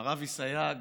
מר אבי סייג,